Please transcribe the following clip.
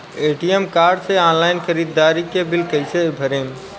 ATM card से online ख़रीदारी के बिल कईसे भरेम?